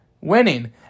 winning